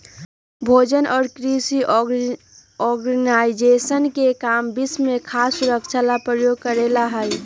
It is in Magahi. भोजन और कृषि ऑर्गेनाइजेशन के काम विश्व में खाद्य सुरक्षा ला प्रयास करे ला हई